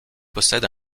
possède